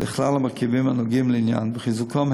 לכלל המרכיבים הנוגעים לעניין וחיזוקם,